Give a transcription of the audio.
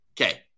okay